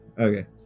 okay